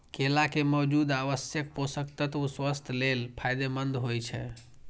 केला मे मौजूद आवश्यक पोषक तत्व स्वास्थ्य लेल फायदेमंद होइ छै